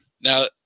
Now